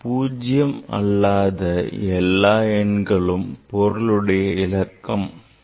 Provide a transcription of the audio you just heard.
பூஜ்யம் அல்லாத எல்லா எண்களும் பொருளுடையவிலக்கம் ஆகும்